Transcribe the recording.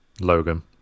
Logan